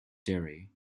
derry